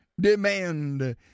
demand